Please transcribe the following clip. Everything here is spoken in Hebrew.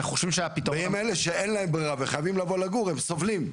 ואם אלה שאין להם ברירה וחייבים לבוא לגור הם סובלים,